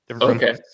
Okay